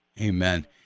Amen